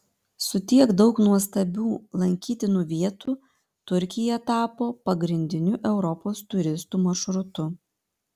su tiek daug nuostabių lankytinų vietų turkija tapo pagrindiniu europos turistų maršrutu